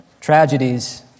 tragedies